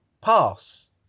pass